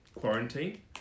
quarantine